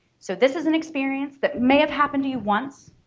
so this is an experience that may have happened to you once